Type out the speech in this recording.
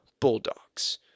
Bulldogs